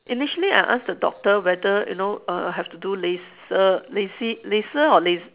initially I asked the doctor whether you know err have to do laser lasi~ laser or las~